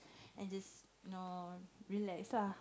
and just know relax lah